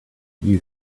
you